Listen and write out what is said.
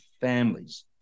families